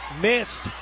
missed